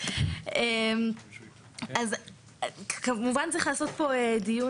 צריך לעשות פה איזשהו דיון